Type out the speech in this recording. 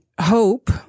hope